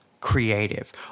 Creative